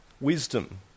Wisdom